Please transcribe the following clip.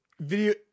Video